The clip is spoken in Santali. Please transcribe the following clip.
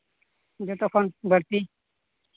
ᱡᱚᱛᱚ ᱠᱷᱚᱱ ᱵᱟᱹᱲᱛᱤ